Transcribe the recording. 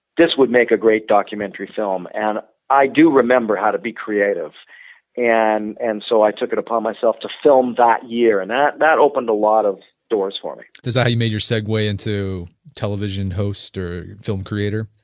this would make a great documentary film, and i do remember how to be creative and and so i took it upon myself to film that year. and that that opened a lot of doors for me is that how you made your segue into television host or film creator?